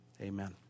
Amen